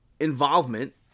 involvement